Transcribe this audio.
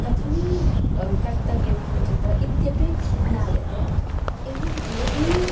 कथं कर्तव्यं किञ्चित् इत्यपि ज्ञायते एवं यदि